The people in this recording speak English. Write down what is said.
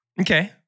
Okay